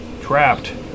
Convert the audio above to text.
Trapped